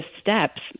steps